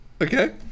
okay